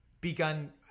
begun